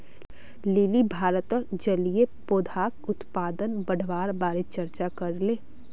lily भारतत जलीय पौधाक उत्पादन बढ़वार बारे चर्चा करले